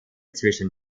zwischen